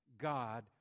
God